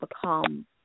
become